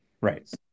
Right